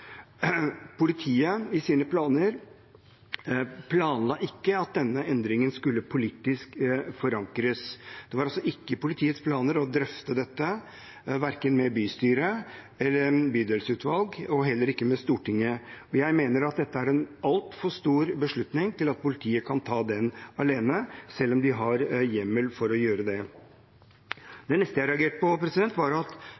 Politiet planla ikke for at denne endringen skulle forankres politisk. Det var altså ikke i politiets planer å drøfte dette verken med bystyret eller bydelsutvalg, og heller ikke med Stortinget. Jeg mener at dette er en altfor stor beslutning til at politiet kan ta den alene, selv om de har hjemmel for å gjøre det. Det neste jeg reagerte på, var at